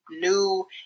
new